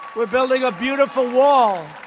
we're building a beautiful wall,